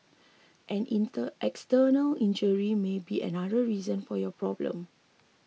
an inter external injury may be another reason for your problem